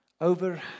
Over